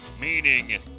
meaning